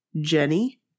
Jenny